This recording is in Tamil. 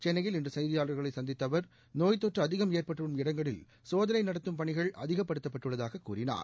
சென்னையில் இன்று செய்தியாளர்களை சந்தித்த அவர் நோய்த்தொற்று அதிகம் ஏற்படும் இடங்களில் சோதனை நடத்தும் பணிகள் அதிகப்படுத்தபட்டுள்ளதாக கூறினார்